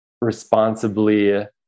responsibly